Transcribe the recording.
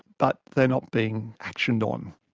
but they're not being actioned on.